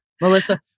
Melissa